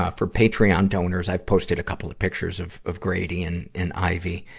ah for patreon donors, i've posted a couple of pictures of, of grady and, and ivy.